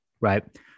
right